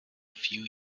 few